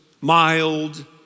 mild